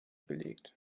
gelegt